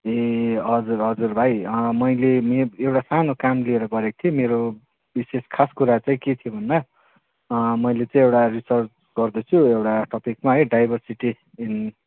ए हजुर हजुर भाइ मैले मेरो एउटा सानो काम लिएर गरेको थिएँ मेरो विशेष खास कुरा चाहिँ के थियो भन्दा मैले चाहिँ एउटा रिसर्च गर्दैछु एउटा टपिकमा है डाइभर्सिटी इन